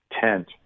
tent